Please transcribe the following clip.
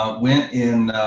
ah went in,